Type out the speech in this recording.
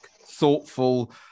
thoughtful